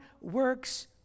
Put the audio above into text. works